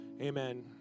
Amen